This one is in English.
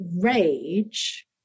rage